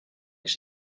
his